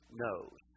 knows